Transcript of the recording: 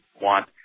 want